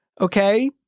Okay